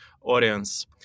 audience